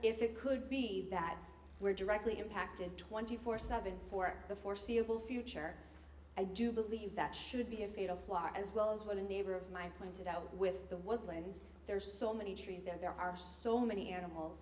if it could be that we're directly impacted twenty four seventh's for the foreseeable future i do believe that should be a fatal flaw as well as when a neighbor of mine pointed out with the what lands there are so many trees that there are so many animals